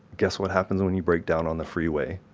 guess what happens when you break down on the freeway?